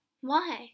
Why